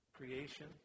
Creation